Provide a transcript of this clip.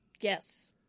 Yes